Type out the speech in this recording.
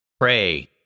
Pray